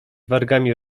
wargami